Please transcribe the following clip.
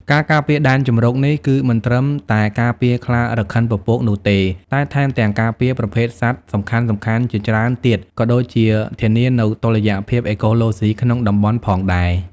ការការពារដែនជម្រកនេះ គឺមិនត្រឹមតែការពារខ្លារខិនពពកនោះទេ តែថែមទាំងការពារប្រភេទសត្វសំខាន់ៗជាច្រើនទៀត ក៏ដូចជាធានានូវតុល្យភាពអេកូឡូស៊ីក្នុងតំបន់ផងដែរ។